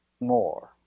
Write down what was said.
more